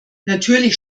natürlich